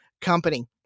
company